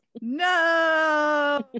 no